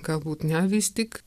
galbūt ne vis tik